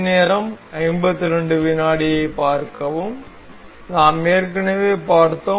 நாம் ஏற்கனவே பார்த்தோம்